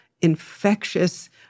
infectious